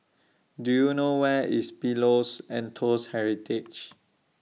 Do YOU know Where IS Pillows and Toast Heritage